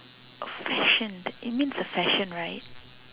A fashion it means a fashion right